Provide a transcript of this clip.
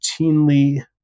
routinely